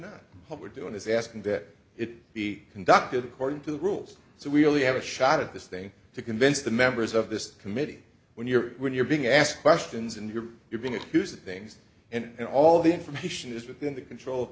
public doing is asking that it be conducted according to the rules so we only have a shot at this thing to convince the members of this committee when you're when you're being asked questions and you're you're being accused of things and all the information is within the control